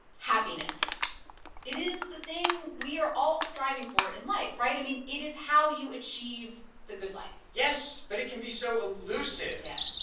happiness it is the thing we are all striving for in life, right? i mean, it is how you achieve the good life yes, but it can be so elusive yeah